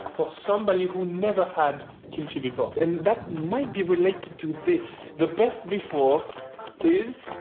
for somebody who never had kimchi before. and that might be related to this. the best before is.